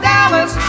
Dallas